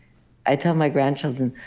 i tell my grandchildren,